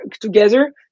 together